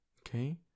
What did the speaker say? okay